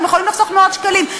הם יכולים לחסוך מאות שקלים.